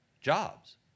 jobs